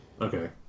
Okay